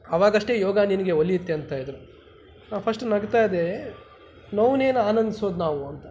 ಅವಾಗಷ್ಟೇ ಯೋಗ ನಿನಗೆ ಒಲಿಯುತ್ತೆ ಅಂತ ಇದ್ದರು ನಾನು ಫಸ್ಟ್ ನಗ್ತಾ ಇದ್ದೆ ಏಯ್ ನೋವ್ನ ಏನು ಆನಂದ್ಸೋದು ನಾವು ಅಂತ